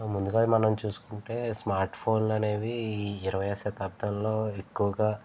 ముందుగా మనం చూసుకుంటే స్మార్ట్ ఫోన్లు అనేవి ఇరవైయవ శతాబ్ధంలో ఎక్కువగా